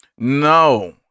No